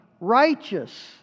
righteous